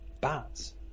bats